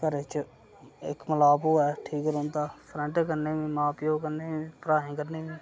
घरै च इक मालाप होऐ ठीक रौंह्दा फ्रेंड कन्नै बी मां प्यौ कन्नै बी भ्राएं कन्नै बी